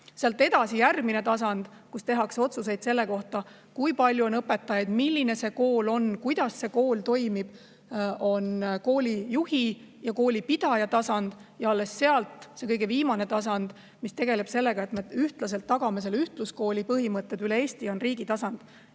Sealt edasi järgmine tasand, kus tehakse otsuseid selle kohta, kui palju on õpetajaid, milline [konkreetne] kool on, kuidas see kool toimib, on koolijuhi ja koolipidaja tasand. Ja alles sealt edasi see kõige viimane tasand, kus me ühtlaselt tagame ühtluskooli põhimõtted üle Eesti, on riigi tasand.